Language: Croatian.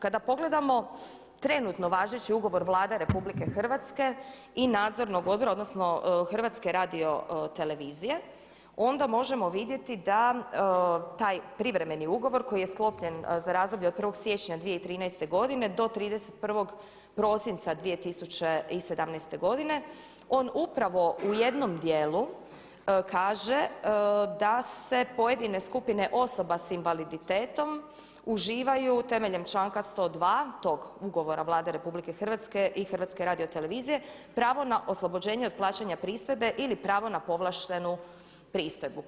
Kada pogledamo trenutno važeći ugovor Vlade RH i nadzornog odbora, odnosno HRT-a onda možemo vidjeti da taj privremeni ugovor koji je sklopljen za razdoblje od 1. siječnja 2013. godine do 31. prosinca 2017. godine, on upravo u jednom djelu kaže da se pojedine skupine osoba s invaliditetom uživaju temeljem članka 102. tog ugovora Vlade RH i HRT-a pravo na oslobođenje do plaćanja pristojbe ili pravo na povlaštenu pristojbu.